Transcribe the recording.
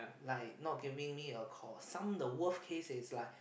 like not giving me a call some the worst case is like